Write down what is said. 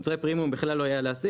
את מוצרי הפרימיום בכלל לא היה להשיג,